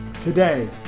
Today